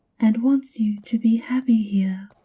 and wants you to be happy here.